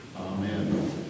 Amen